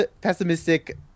pessimistic